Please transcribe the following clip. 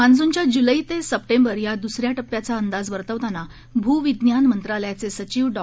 मान्सूनच्या जुलै ते सप्टेंबर या दुसऱ्या टप्प्याचा अंदाज वर्तवताना भू विज्ञान मंत्रालयाचे सचिव डॉ